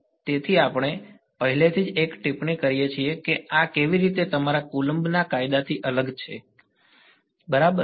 તેથી આપણે પહેલેથી જ એક ટિપ્પણી કરી છે કે આ કેવી રીતે તમારા કુલમ્બ ના કાયદાથી અલગ છે બરાબર